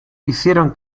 hicieron